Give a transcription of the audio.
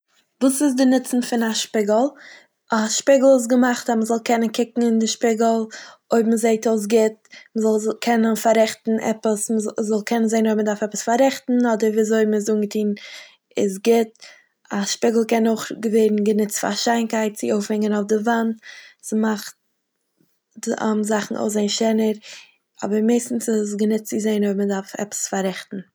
וואס איז די נוצן פון א שפיגל? א שפיגל איז געמאכט אז מ'זאל קענען קוקען אין די שפיגל אויב מ'זעהט אויס גוט, מ'זאל ז- קענען פארעכטן עפעס, מ'ז- מ'זאל קענען אויב מ'דארף עפעס פארעכטן אדער וויזוי מ'איז אנגעטוהן איז גוט. א שפיגל קען אויך ג- ווערן גענוצט פאר שיינקייט צו אויפהענגן אויף די וואנט. ס'מאכט די- זאכן אויסזעהן שענער, אבער מערסטנס איז עס גענוצט צו זעהן אויב מ'דארף עפעס פארעכטן.